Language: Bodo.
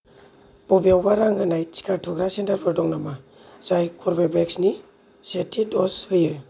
बबेयावबा रां होनाय टिका थुग्रा सेन्टारफोर दं नामा जाय कर्बिबेक्सनि सेथि द'ज होयो